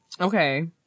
okay